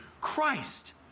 Christ